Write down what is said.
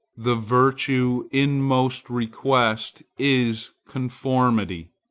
the virtue in most request is conformity.